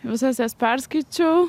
visas jas perskaičiau